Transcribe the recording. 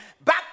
back